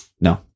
no